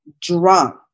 drunk